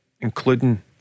including